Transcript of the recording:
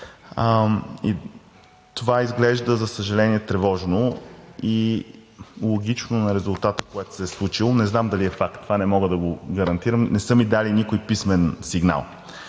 Това изглежда, за съжаление, тревожно и логично на резултата, който се е случил. Не знам дали е факт. Това не мога да го гарантиран. Не са ми дали никакъв писмен сигнал.